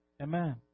Amen